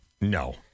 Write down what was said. No